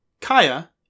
Kaya